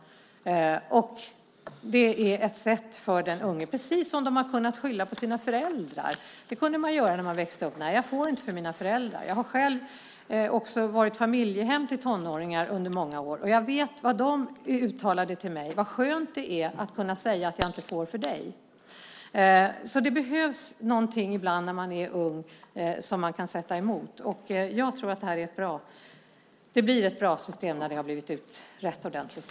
Det är ett sätt för de unga. Det är precis som att de har kunnat skylla på sina föräldrar. Det kunde man göra när man växte upp: Jag får inte för mina föräldrar. Jag har själv också haft familjehem för tonåringar under många år. Jag vet vad de uttalade till mig: Vad skönt det är att kunna säga att jag inte får för dig. Det behövs ibland någonting när man är ung som man kan sätta emot. Jag tror att detta blir ett bra system när det blivit utrett ordentligt.